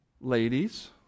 Ladies